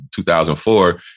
2004